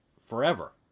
forever